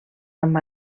amb